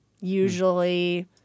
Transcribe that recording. Usually